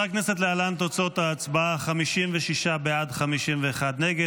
הכנסת, להלן תוצאות ההצבעה: 56 בעד, 51 נגד.